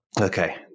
Okay